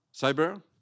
cyber